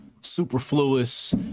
superfluous